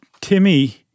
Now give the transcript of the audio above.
Timmy